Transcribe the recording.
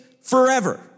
forever